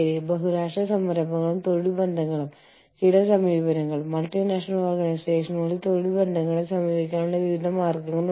അതിനാൽ ഭൂമധ്യരേഖാ രാജ്യങ്ങളിൽ നിങ്ങളുടെ സ്ഥാപനം മോട്ടോർ ഘടിപ്പിച്ച ഇരുചക്രവാഹനങ്ങൾ ആയിരിക്കാം നിർമ്മിക്കുന്നത്